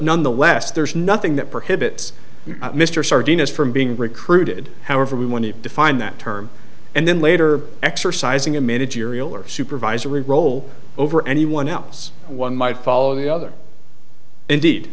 nonetheless there's nothing that prohibits you mr starr dina's from being recruited however we want to define that term and then later exercising a managerial or supervisory role over anyone else one might follow the other indeed